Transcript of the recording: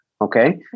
Okay